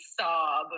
sob